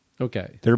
Okay